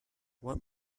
what